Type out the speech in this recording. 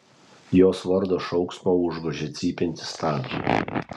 jos vardo šauksmą užgožia cypiantys stabdžiai